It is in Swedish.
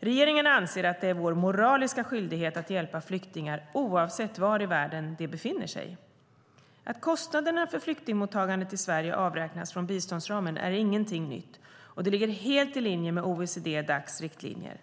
Regeringen anser att det är vår moraliska skyldighet att hjälpa flyktingar oavsett var i världen de befinner sig. Att kostnaderna för flyktingmottagandet i Sverige avräknas från biståndsramen är ingenting nytt, och det ligger helt i linje med OECD/Dacs riktlinjer.